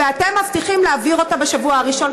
ואתם מבטיחים להעביר אותה בשבוע הראשון,